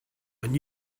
and